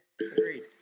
Agreed